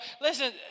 Listen